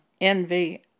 envy